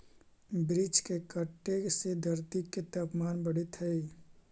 वृक्ष के कटे से धरती के तपमान बढ़ित हइ